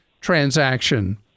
transaction